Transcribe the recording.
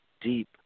deep